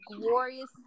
glorious